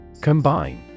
Combine